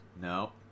No